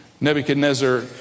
nebuchadnezzar